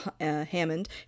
hammond